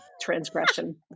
transgression